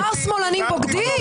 הוא אמר "שמאלנים בוגדים"?